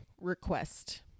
request